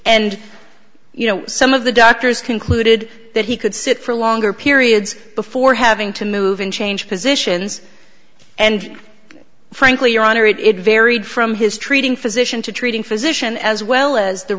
and you know some of the doctors concluded that he could sit for longer periods before having to move and change positions and frankly your honor it varied from his treating physician to treating physician as well as the